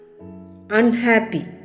Unhappy